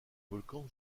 volcan